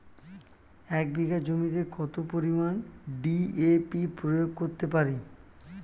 এক বিঘা জমিতে কত পরিমান ডি.এ.পি প্রয়োগ করতে পারি?